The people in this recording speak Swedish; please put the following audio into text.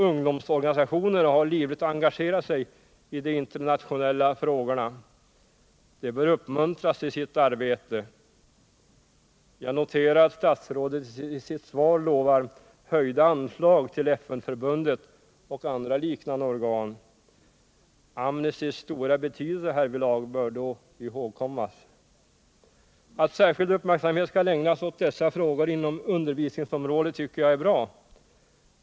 Ungdomsorganisationerna har livligt engagerat sig i de internationella frågorna. De bör uppmuntras i sitt arbete. Jag noterar att statsrådet i sitt svar lovar höjda anslag till FN-förbundet och andra liknande organ. Amnestys stora betydelse härvidlag bör då ihågkommas. Att särskild uppmärksamhet skall ägnas åt dessa frågor inom undervisningsområdet tycker jag är bra.